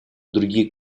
других